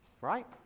Right